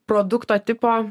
produkto tipo